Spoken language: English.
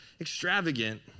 extravagant